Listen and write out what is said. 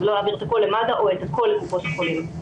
לא להעביר את הכל למד"א או את הכל לקופות החולים.